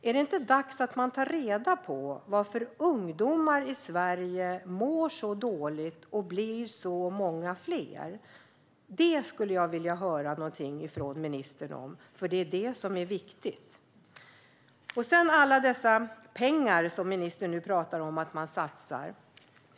Är det inte dags att ta reda på varför ungdomar i Sverige mår så dåligt och blir så många fler? Jag skulle vilja höra ministern säga något om detta, som är så viktigt. Ministern pratar om alla dessa pengar som satsas.